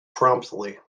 promptly